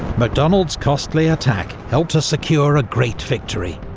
macdonald's costly attack helped to secure a great victory.